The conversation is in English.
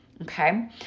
Okay